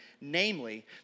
Namely